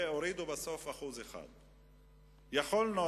ובסוף הורידו 1%. יכולנו,